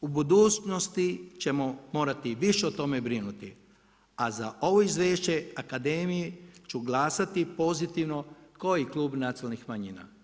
U budućnosti ćemo morati više o tome brinuti, a za ovu izvješće Akademije ću glasati pozitivno ko i Klub nacionalnih manjina.